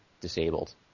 disabled